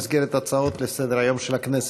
במסגרת הצעות לסדר-היום של הכנסת.